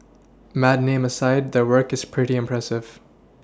mad name aside their work is pretty impressive